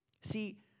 See